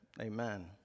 Amen